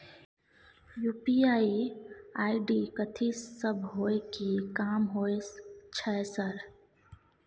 UPI ID कथि सब हय कि काम होय छय सर?